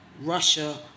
Russia